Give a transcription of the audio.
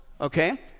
okay